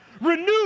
Renew